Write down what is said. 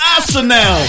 Arsenal